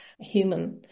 human